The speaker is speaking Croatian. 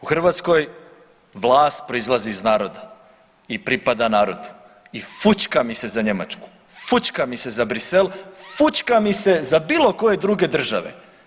U Hrvatskoj vlast proizlazi iz naroda i pripada narodu i fućka mi se za Njemačku, fućka mi se za Bruxelles, fućka mi se za bilo koje druge države.